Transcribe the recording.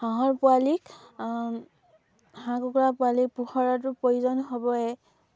হাঁহৰ পোৱালিক হাঁহ কুকুৰা পোৱালি পোহৰৰতো প্ৰয়োজন হ'বই